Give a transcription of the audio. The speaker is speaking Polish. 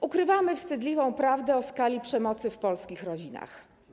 Ukrywamy wstydliwą prawdę o skali przemocy w polskich rodzinach.